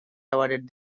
awarded